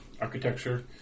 architecture